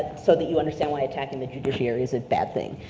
so that you understand why attacking the judiciary is a bad thing.